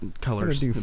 colors